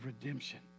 redemption